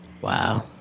Wow